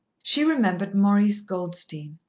she remembered maurice goldstein,